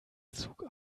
zug